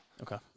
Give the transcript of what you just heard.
Okay